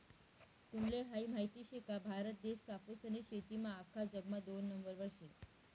तुम्हले हायी माहित शे का, भारत देश कापूसनी शेतीमा आख्खा जगमा दोन नंबरवर शे